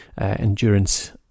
endurance